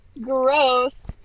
gross